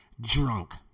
drunk